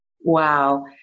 wow